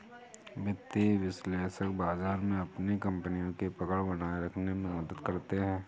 वित्तीय विश्लेषक बाजार में अपनी कपनियों की पकड़ बनाये रखने में मदद करते हैं